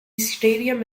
stadium